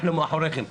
אנחנו מאחוריכם.